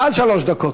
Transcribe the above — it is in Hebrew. מעל שלוש דקות.